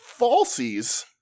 falsies